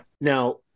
Now